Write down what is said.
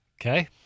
Okay